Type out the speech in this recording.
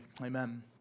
Amen